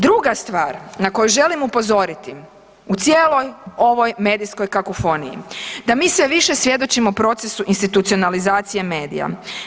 Druga stvar na koju želi upozoriti u cijeloj ovoj medijskoj kakofoniji da mi sve više svjedočimo procesu institucionalizacije medija.